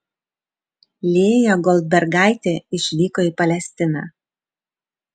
lėja goldbergaitė išvyko į palestiną